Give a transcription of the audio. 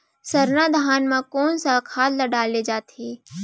सरना धान म कोन सा खाद ला डाले जाथे?